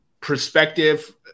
perspective